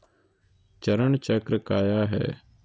चरण चक्र काया है?